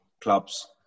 clubs